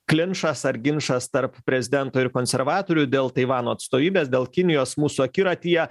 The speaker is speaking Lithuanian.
klinčas ar ginčas tarp prezidento ir konservatorių dėl taivano atstovybės dėl kinijos mūsų akiratyje